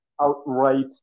outright